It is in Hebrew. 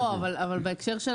אבל בהקשר של